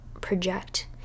project